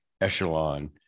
echelon